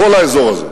לכל האזור הזה: